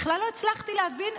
בכלל לא הצלחתי להבין.